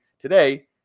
today